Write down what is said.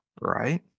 Right